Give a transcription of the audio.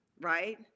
right